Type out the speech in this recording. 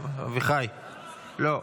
אביחי, לא.